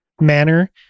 manner